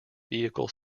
vehicle